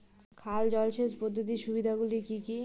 খাল জলসেচ পদ্ধতির সুবিধাগুলি কি কি?